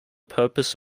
purpose